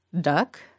Duck